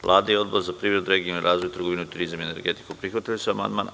Vlada i Odbor za privredu i regionalni razvoj, trgovinu, turizam i energetiku prihvatili su amandman.